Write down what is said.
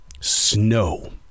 Snow